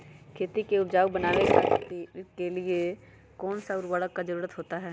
खेती को उपजाऊ बनाने के लिए कौन कौन सा उर्वरक जरुरत होता हैं?